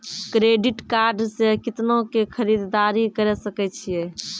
Credit card से कितना के खरीददारी करे सकय छियै?